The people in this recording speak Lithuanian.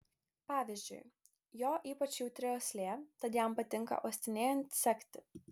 pavyzdžiui jo ypač jautri uoslė tad jam patinka uostinėjant sekti